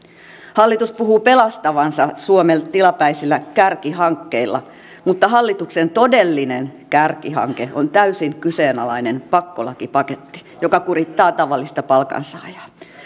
hallitus puhuu pelastavansa suomen tilapäisillä kärkihankkeilla mutta hallituksen todellinen kärkihanke on täysin kyseenalainen pakkolakipaketti joka kurittaa tavallista palkansaajaa